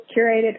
curated